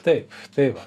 taip tai va